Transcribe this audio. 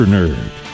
Nerd